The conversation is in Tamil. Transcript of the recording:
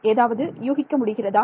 ஏதாவது யூகிக்க முடிகிறதா